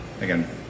again